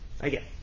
Again